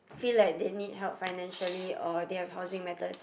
feel like they need help financially or they have housing matters